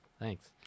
Thanks